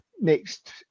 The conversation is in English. Next